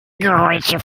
geräusche